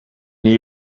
new